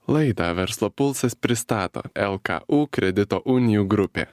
laidą verslo pulsas pristato lku kredito unijų grupė